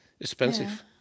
expensive